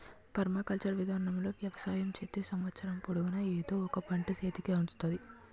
permaculture విధానములో వ్యవసాయం చేత్తే సంవత్సరము పొడుగునా ఎదో ఒక పంట సేతికి అందుతాది